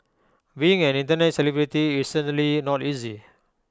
being an Internet celebrity is certainly not easy